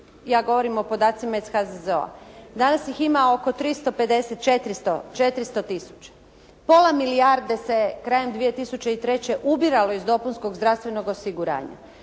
Ja govorim o podacima iz HZZO-a. Danas ih ima oko 350, 400 tisuća. Pola milijarde se krajem 2003. ubiralo iz dopunskog zdravstvenog osiguranja.